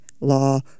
law